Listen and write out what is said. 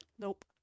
Nope